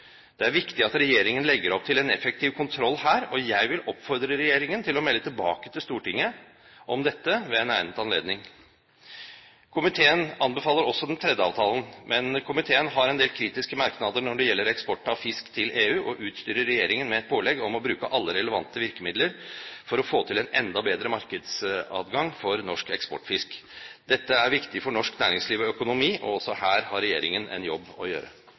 Det er viktig at regjeringen legger opp til en effektiv kontroll her, og jeg vil oppfordre regjeringen til å melde tilbake til Stortinget om dette ved en egnet anledning. Komiteen anbefaler også den tredje avtalen, men komiteen har en del kritiske merknader når det gjelder eksport av fisk til EU, og utstyrer regjeringen med et pålegg om å bruke alle relevante virkemidler for å få til en enda bedre markedsadgang for norsk eksportfisk. Dette er viktig for norsk næringsliv og økonomi, og også her har regjeringen en jobb å gjøre.